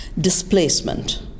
Displacement